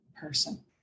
person